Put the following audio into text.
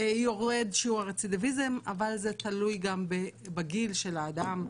יורד שיעור הרצידיביזם אבל זה תלוי גם בגיל של האדם,